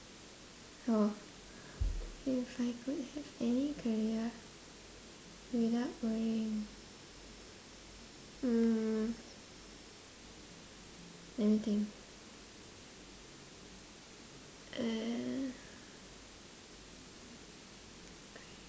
oh if I could have any career without worrying hmm let me think uh